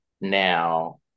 Now